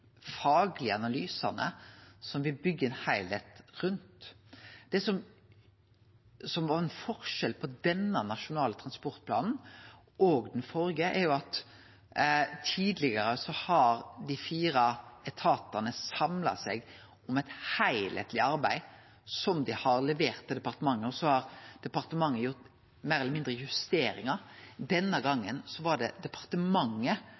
faglege analysane me byggjer ein heilskap rundt. Det som var ein forskjell på denne nasjonale transportplanen og den førre, er at tidlegare har dei fire etatane samla seg om eit heilskapleg arbeid som dei har levert til departementet, og så har departementet meir eller mindre gjort justeringar. Denne gongen var det departementet